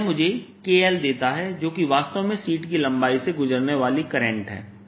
तो यह मुझे KL देता है जो कि वास्तव में शीट की लंबाई से गुजरने वाली करंट है